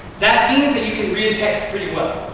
that means that you can read a text pretty well.